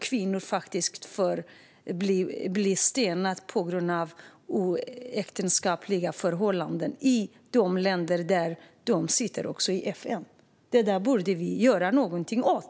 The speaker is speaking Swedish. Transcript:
Kvinnor blir till och med stenade på grund av utomäktenskapliga förhållanden i länder som sitter i FN. Detta menar jag att vi borde göra någonting åt.